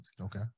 Okay